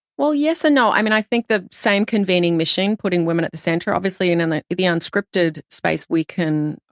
well, yes and no. i mean, i think the same convening mission, putting women at the center, obviously. and and the the unscripted space we can,